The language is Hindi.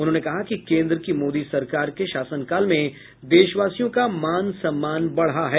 उन्होंने कहा कि केंद्र की मोदी सरकार के शासनकाल में देशवासियों का मान सम्मान बढ़ा है